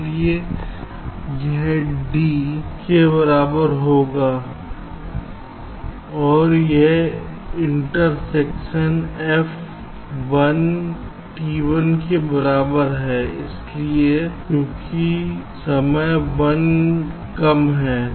इसलिए यह d 1 comma t 1 के बराबर के बराबर होगा और वह इंटरसेक्शन f 1 t 1 के बराबर है क्योंकि समय 1 कम है